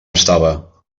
estava